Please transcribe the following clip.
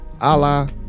Allah